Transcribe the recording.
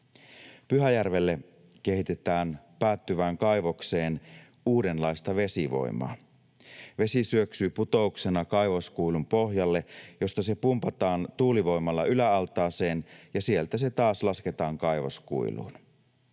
Pyhäjärvelle kehitetään päättyvään kaivokseen uudenlaista vesivoimaa: vesi syöksyy putouksena kaivoskuilun pohjalle, josta se pumpataan tuulivoimalla yläaltaaseen, ja sieltä se taas lasketaan kaivoskuiluun.